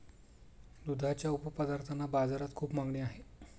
दुधाच्या उपपदार्थांना बाजारात खूप मागणी आहे